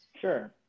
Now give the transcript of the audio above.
Sure